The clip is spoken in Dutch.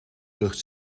lucht